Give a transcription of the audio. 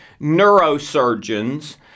neurosurgeons